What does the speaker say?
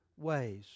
ways